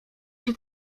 się